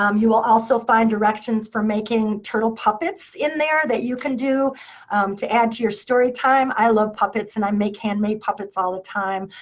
um you will also find directions for making turtle puppets in there that you can do to add to your story time. i love puppets, and i make handmade puppets all the time.